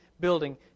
building